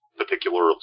particular